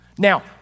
Now